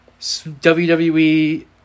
WWE